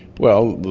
well,